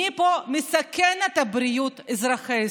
מי פה מסכן את בריאות אזרחי ישראל?